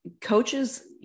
coaches